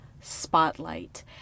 spotlight